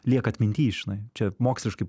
lieka atminty žinai čia moksliškai